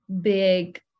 big